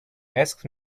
asked